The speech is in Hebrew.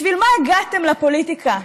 בשביל מה הגעתם לפוליטיקה,